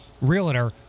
realtor